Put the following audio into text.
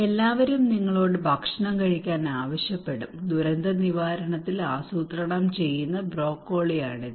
എല്ലാവരും നിങ്ങളോട് ഭക്ഷണം കഴിക്കാൻ ആവശ്യപ്പെടും ദുരന്തനിവാരണത്തിൽ ആസൂത്രണം ചെയ്യുന്ന ബ്രോക്കോളിയാണിത്